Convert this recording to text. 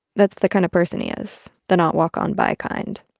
that's the kind of person he is the not-walk-on-by kind.